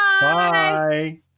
Bye